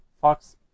fox